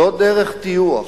לא דרך טיוח.